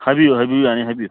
ꯍꯥꯏꯕꯤꯌꯨ ꯍꯥꯏꯕꯤꯌꯨ ꯌꯥꯅꯤ ꯍꯥꯏꯕꯤꯌꯨ